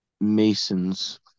Masons